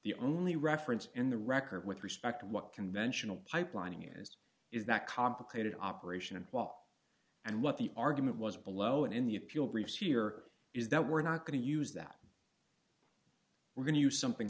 the only reference in the record with respect to what conventional pipelining use is that complicated operation and law and what the argument was below and in the appeal briefs here is that we're not going to use that we're going to use something